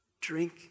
Drink